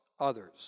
others